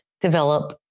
develop